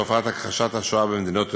של תופעת הכחשת השואה במדינות אירופה,